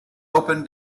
open